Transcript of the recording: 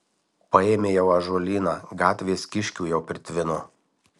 paėmė jau ąžuolyną gatvės kiškių jau pritvino